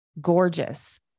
gorgeous